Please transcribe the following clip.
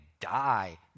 die